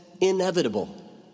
inevitable